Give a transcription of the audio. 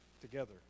together